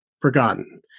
forgotten